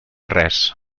res